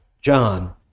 John